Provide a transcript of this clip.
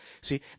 See